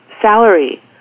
salary